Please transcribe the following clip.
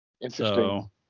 Interesting